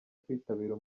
kwitabira